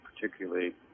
particularly